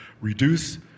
reduce